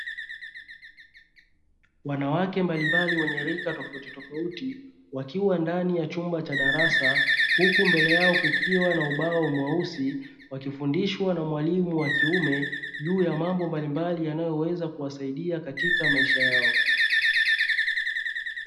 Wanawake mbalimbali wenye rika tofautitofauti, wakiwa ndani ya chumba cha darasa huku mbele yao kukiwa na ubao mweusi wakifundishwa na mwalimu wa kiume juu ya mambo mbalimbali yanayowezakuwasaidia katika maisha yao.